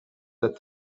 that